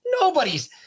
Nobody's